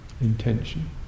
intention